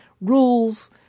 rules